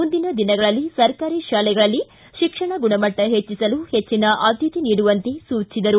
ಮುಂದಿನ ದಿನಗಳಲ್ಲಿ ಸರ್ಕಾರಿ ಶಾಲೆಗಳಲ್ಲಿ ಶಿಕ್ಷಣ ಗುಣಮಟ್ಟ ಹೆಚ್ಚಿಸಲು ಹೆಚ್ಚಿನ ಆದ್ಯತೆ ನೀಡುವಂತೆ ಸೂಚಿಸಿದರು